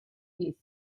здесь